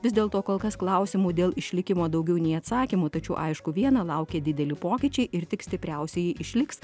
vis dėlto kol kas klausimų dėl išlikimo daugiau nei atsakymų tačiau aišku viena laukia dideli pokyčiai ir tik stipriausieji išliks